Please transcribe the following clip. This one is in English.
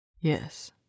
Yes